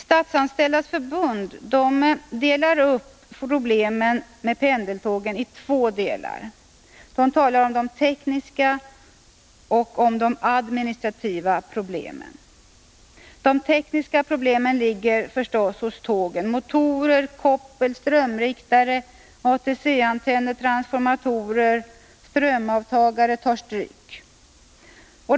Statsanställdas förbund delar upp problemen med pendeltågen i två delar: tekniska och administrativa problem. De tekniska problemen ligger hos tågen. Motorer, koppel, strömriktare, ATC-antenner, transformatorer, strömavtagare tar stryk.